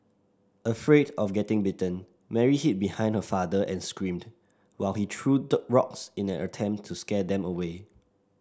afraid of getting bitten Mary hid behind her father and screamed while he threw the rocks in an attempt to scare them away